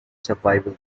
survival